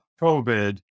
COVID